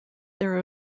there